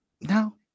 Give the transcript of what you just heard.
no